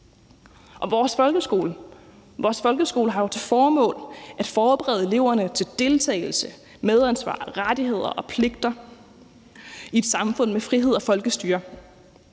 Vores folkeskole har jo til formål at forberede eleverne til deltagelse, medansvar, rettigheder og pligter i et samfund med frihed og folkestyre,